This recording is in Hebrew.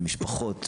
במשפחות,